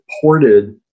ported